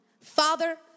Father